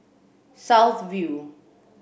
South View